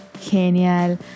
Genial